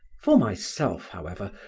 for myself, however,